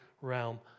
realm